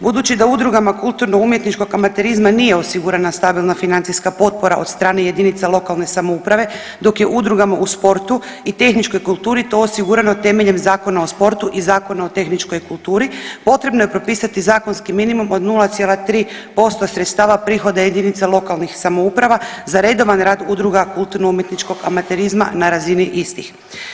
Budući da udrugama kulturno-umjetničkog amaterizma nije osigurana stabilna financijska potpora od strane jedinica lokalne samouprave dok je udrugama u sportu i tehničkoj kulturi to osigurano temeljem Zakona o sportu i Zakona o tehničkoj kulturi potrebno je propisati zakonski minimum od 0,3% sredstava prihoda jedinica lokalnih samouprava za redovan rad udruga kulturno-umjetničkog amaterizma na razini istih.